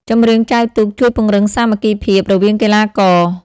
ចម្រៀងចែវទូកជួយ ពង្រឹងសាមគ្គីភាព រវាងកីឡាករ។